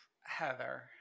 Heather